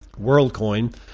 WorldCoin